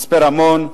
מצפה-רמון,